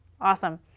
awesome